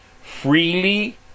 freely